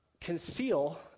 conceal